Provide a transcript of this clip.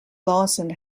lawson